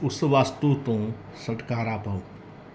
ਉਸ ਵਸਤੂ ਤੋਂ ਛੁਟਕਾਰਾ ਪਾਓ